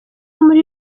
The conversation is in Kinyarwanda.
muri